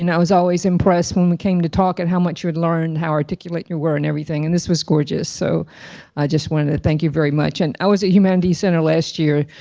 i was always impressed when we came to talk and how much you would learn how articulate you were and everything and this was gorgeous. so i just wanted to thank you very much. and i was at humanity center last year.